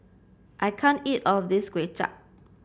I can't eat all of this Kuay Chap